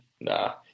nah